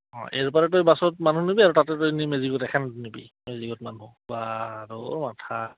অঁ ইয়াৰ পৰা তই বাছত মানুহ নিবি আৰু তাতে তই এ নি মেজিকত এখন নিবি মেজিকত মানুহ বাঃ তোৰো মাথা